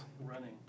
Running